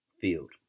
field